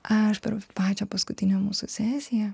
aš per pačią paskutinę mūsų sesiją